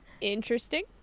interesting